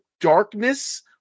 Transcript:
darkness